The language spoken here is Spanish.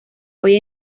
hoy